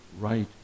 right